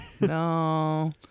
No